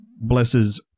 blesses